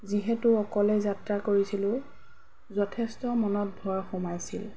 যিহেতু অকলে যাত্ৰা কৰিছিলোঁ যথেষ্ট মনত ভয় সোমাইছিল